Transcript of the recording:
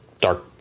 dark